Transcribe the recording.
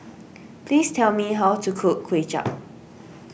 please tell me how to cook Kway Chap